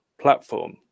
platform